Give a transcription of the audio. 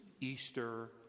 Easter